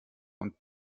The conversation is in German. und